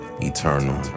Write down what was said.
Eternal